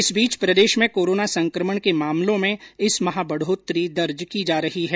इस बीच प्रदेश में कोरोना संक्रमण के मामलों में इस माह बढ़ोत्तरी दर्ज की जा रही है